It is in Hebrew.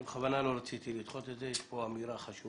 בכוונה לא רציתי לדחות את זה, יש פה אמירה חשובה.